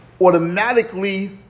automatically